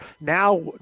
now